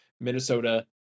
Minnesota